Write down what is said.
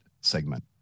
segment